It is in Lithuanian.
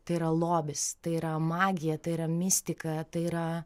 tai yra lobis tai yra magija tai yra mistika tai yra